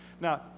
now